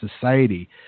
Society